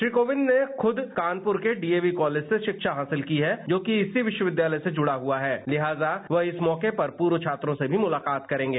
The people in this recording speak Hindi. श्री कोविंद ने खुद कानपुर के डीएवी कॉलेज से शिक्षा हासिल की है जो कि इसी विश्वविद्यालय से जुड़ा हुआ है लिहाजा वह इस मौके पर पूर्व छात्रों से भी मुलाकात करेगे